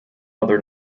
other